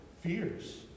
fears